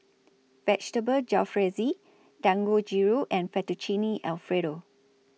Vegetable Jalfrezi Dangojiru and Fettuccine Alfredo